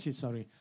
sorry